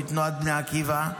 מתנועת בני עקיבא,